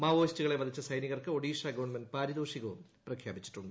മാവോയിസ്റ്റുകളെ വധിച്ച സൈനികർക്ക് ഒഡീഷ ഗവൺമെന്റ് പാരിതോഷികവും പ്രഖ്യാപിച്ചി ട്ടുണ്ട്